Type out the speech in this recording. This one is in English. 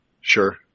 Sure